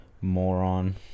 moron